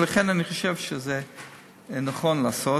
ולכן אני חושב שזה נכון לעשות.